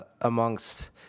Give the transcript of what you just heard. amongst